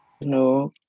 no